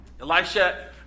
Elisha